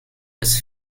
his